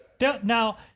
Now